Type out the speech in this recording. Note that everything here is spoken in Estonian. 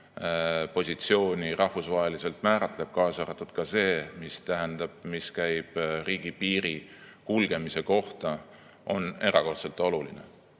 positsiooni rahvusvaheliselt määratleb, kaasa arvatud see, mis käib riigipiiri kulgemise kohta, on erakordselt oluline.